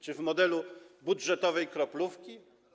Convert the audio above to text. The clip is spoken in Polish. Czy w modelu budżetowej kroplówki?